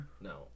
No